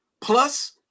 Plus